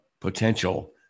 potential